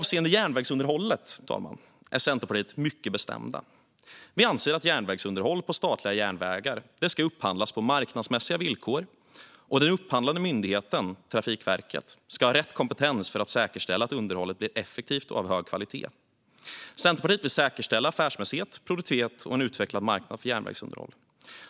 Avseende järnvägsunderhållet är Centerpartiet mycket bestämt: Vi anser att järnvägsunderhåll på statliga järnvägar ska upphandlas på marknadsmässiga villkor. Den upphandlande myndigheten, Trafikverket, ska ha rätt kompetens för att säkerställa att underhållet blir effektivt och av hög kvalitet. Centerpartiet vill säkerställa affärsmässighet, produktivitet och en utvecklad marknad för järnvägsunderhåll.